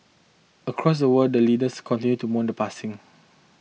across the world leaders continued to mourn the passing